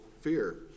fear